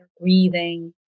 breathing